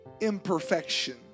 imperfection